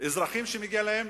אזרחים שמגיע להם